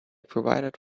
provided